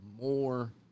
more